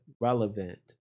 relevant